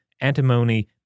antimony